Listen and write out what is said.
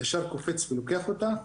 ישר קופץ ולוקח אותה.